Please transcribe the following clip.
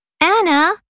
Anna